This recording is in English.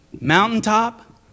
Mountaintop